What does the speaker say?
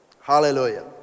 Hallelujah